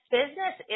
business